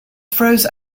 froze